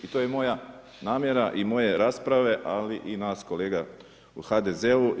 I to je moja namjera i moje rasprave, ali i nas kolega u HDZ-u.